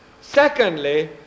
Secondly